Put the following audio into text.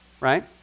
right